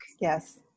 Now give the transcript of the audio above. Yes